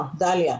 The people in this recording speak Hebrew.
דליה.